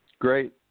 Great